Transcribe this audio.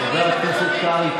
חבר הכנסת קרעי,